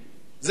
זה מה שהיה חסר.